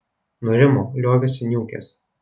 nurimo liovėsi niūkęs